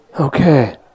Okay